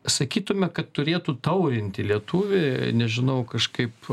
sakytume kad turėtų taurinti lietuvį nežinau kažkaip